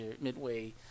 midway